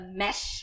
mesh